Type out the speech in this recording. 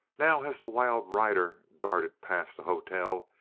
now, as the wild rider darted past the hotel,